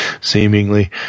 seemingly